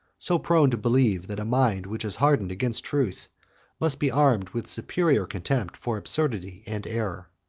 so prone to believe that a mind which is hardened against truth must be armed with superior contempt for absurdity and error.